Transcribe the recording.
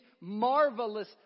Marvelous